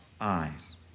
eyes